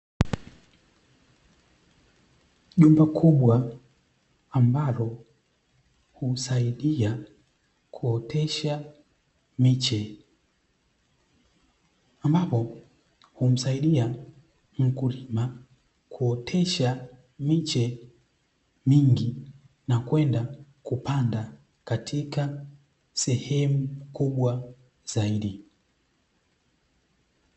Jumba kubwa ambalo husaidia kuotesha miche, ambapo humsaidia mkulima kuotesha miche mingi na kwenda kupanda katika sehemu kubwa zaidi.